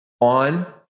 on